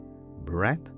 breath